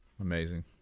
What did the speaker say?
Amazing